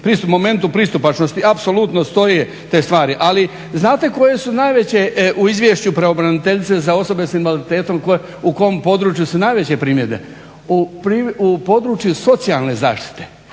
momentu pristupačnosti, apsolutno stoje te stvari. Ali znate koje su najveće u izvješću pravobraniteljice za osobe s invaliditetom u kom području su najveće primjedbe, u području socijalne zaštite